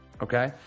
Okay